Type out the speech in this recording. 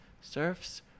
Serfs